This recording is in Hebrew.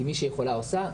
מי שיכולה עושה.